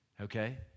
Okay